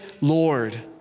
Lord